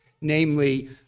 namely